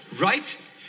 Right